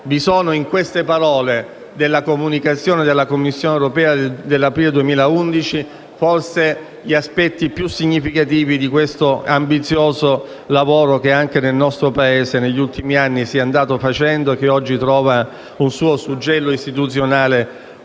Vi sono, in queste parole della comunicazione della Commissione europea dell'aprile 2011, forse gli aspetti più significativi di questo ambizioso lavoro che anche nel nostro Paese si sta portando avanti negli ultimi anni e che oggi trova un suo suggello istituzionale